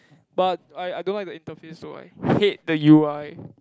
but I I don't like the interface so I hate the u_i